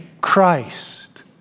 Christ